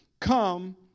come